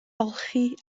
olchi